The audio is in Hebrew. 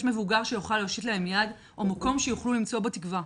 מבוגר שיוכל להושיט להם יד או מקום שיוכלו למצוא בו תקווה?